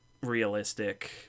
realistic